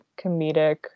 comedic